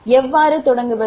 எவ்வாறு தொடங்குவது